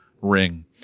ring